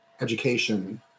education